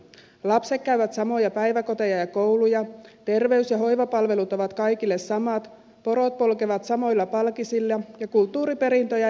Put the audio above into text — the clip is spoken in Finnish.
lapset käyvät samoja päiväkoteja ja kouluja terveys ja hoivapalvelut ovat kaikille samat porot polkevat samoilla palkisilla ja kulttuuriperintö ja elinympäristö ovat samat